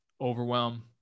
overwhelm